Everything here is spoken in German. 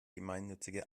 gemeinnützige